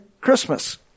Christmas